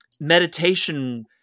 meditation